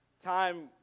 time